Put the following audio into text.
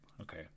okay